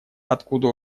откуда